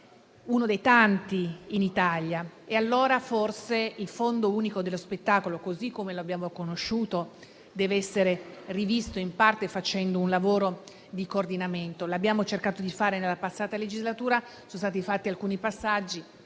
uno dei tanti in Italia. E allora forse il Fondo unico dello spettacolo, così come l'abbiamo conosciuto, deve essere rivisto, in parte facendo un lavoro di coordinamento. Abbiamo cercato di farlo nella passata legislatura e sono stati fatti alcuni passaggi;